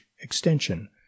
extension